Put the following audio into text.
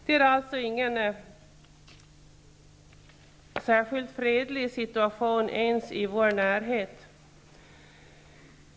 Det är alltså ingen särskilt fredlig situation ens i vår närhet.